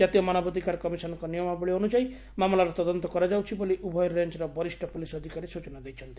ଜାତୀୟ ମାନବାଧିକାର କମିଶନଙ୍ଙ ନିୟମାବଳୀ ଅନୁଯାୟୀ ମାମଲାର ତଦନ୍ତ କରାଯାଉଛି ବୋଲି ଉଭୟ ରେଞ୍ର ବରିଷ୍ ପୁଲିସ୍ ଅଧିକାରୀ ସୂଚନା ଦେଇଛନ୍ତି